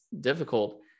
difficult